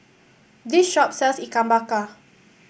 this shop sells Ikan Bakar